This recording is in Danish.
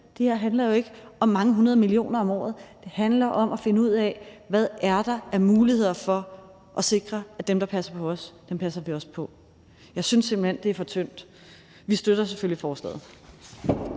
Det her handler jo ikke om mange hundrede millioner om året; det handler om at finde ud af: Hvad er der af muligheder for at sikre, at dem, der passer på os, passer vi også på? Jeg synes simpelt hen, det er for tyndt. Vi støtter selvfølgelig forslaget.